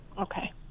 Okay